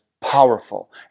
Powerful